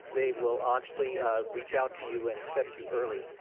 they will actually reach out to you and accept you early.